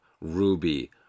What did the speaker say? Ruby